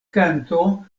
kanto